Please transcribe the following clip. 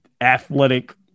athletic